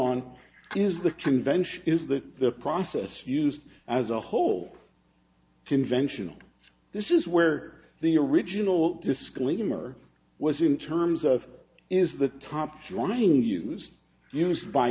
is the convention is that the process used as a whole conventional this is where the original disclaimer was in terms of is the top drawing used used by